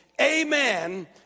Amen